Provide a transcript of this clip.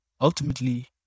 Ultimately